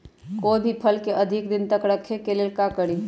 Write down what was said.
कोई भी फल के अधिक दिन तक रखे के ले ल का करी?